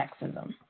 sexism